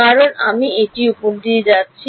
কারণ আমি এটির উপর দিয়ে যাচ্ছি